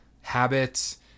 habits